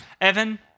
Evan